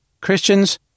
Christians